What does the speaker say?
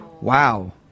wow